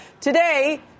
Today